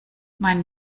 mein